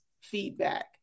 feedback